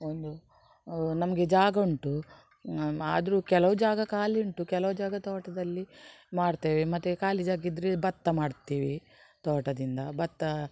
ಒಂದು ನಮಗೆ ಜಾಗ ಉಂಟು ಆದ್ರೂ ಕೆಲವು ಜಾಗ ಖಾಲಿ ಉಂಟು ಕೆಲವು ಜಾಗ ತೋಟದಲ್ಲಿ ಮಾಡ್ತೇವೆ ಮತ್ತು ಖಾಲಿ ಜಾಗ ಇದ್ರೆ ಬತ್ತ ಮಾಡ್ತೇವೆ ತೋಟದಿಂದ ಬತ್ತ